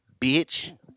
bitch